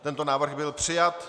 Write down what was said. Tento návrh byl přijat.